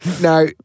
Now